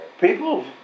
People